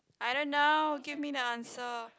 I don't know give me the answer